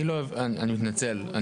אני מתנצל,